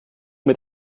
mit